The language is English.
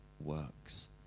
works